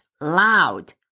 loud